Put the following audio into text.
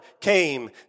came